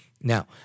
Now